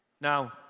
Now